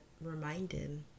reminded